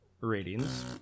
ratings